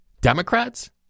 Democrats